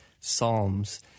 psalms